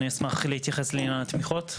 אני אשמח להתייחס לעניין התמיכות.